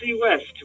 West